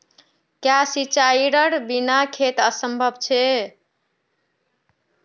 क्याँ सिंचाईर बिना खेत असंभव छै?